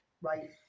right